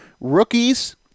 Rookies